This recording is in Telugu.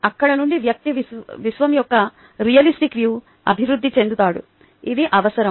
అక్కడ నుండి వ్యక్తి విశ్వం యొక్క రిలెటివిస్టిక్ వ్యూ అభివృద్ధి చెందుతాడు ఇది అవసరం